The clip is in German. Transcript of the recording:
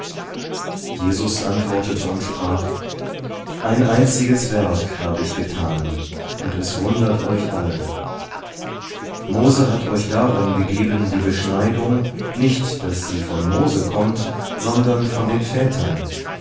jesus antwortete und sprach ein einziges werk habe ich getan und es wundert euch alle mose hat euch darum gegeben die beschneidung nicht daß sie von mose kommt sondern von den vätern